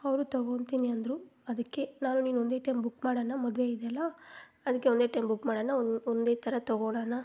ಅವರು ತೊಗೊಳ್ತೀನಿ ಅಂದರು ಅದಕ್ಕೆ ನಾನು ನೀನು ಒಂದೇ ಟೈಮು ಬುಕ್ ಮಾಡೋಣ ಮದುವೆ ಇದೆಲ್ಲ ಅದಕ್ಕೆ ಒಂದೇ ಬುಕ್ ಮಾಡೋಣ ಒಂದೇ ಥರದ್ದು ತೊಗೊಳ್ಳೋಣ